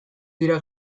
dira